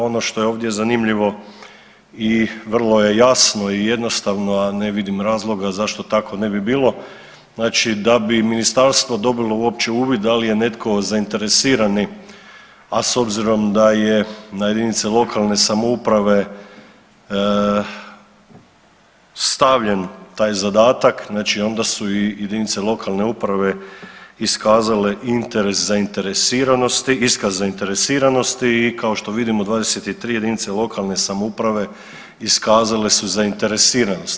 Ono što je ovdje zanimljivo i vrlo je jasno i jednostavno, a ne vidim razloga zašto tako ne bi bilo, znači da mi ministarstvo dobilo uopće uvid da li je netko zainteresirani, a s obzirom da je na jedinice lokalne samouprave stavljen taj zadatak znači onda su i jedinice lokalne uprave iskazale interes zainteresiranosti, iskaz zainteresiranosti i kao što vidimo 23 jedinice lokalne samouprave iskazale su zainteresiranost.